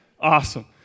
Awesome